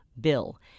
bill